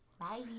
Bye